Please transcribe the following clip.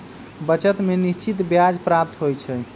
बचत में निश्चित ब्याज प्राप्त होइ छइ